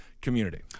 community